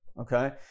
Okay